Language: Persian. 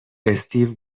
استیو